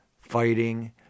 fighting